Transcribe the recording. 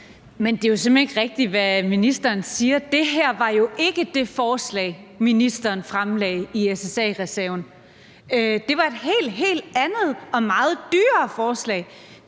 det er jo simpelt hen ikke rigtigt, hvad ministeren siger. Det her var jo ikke det forslag, ministeren fremlagde i SSA-reserven, men det var et helt, helt andet og meget dyrere forslag.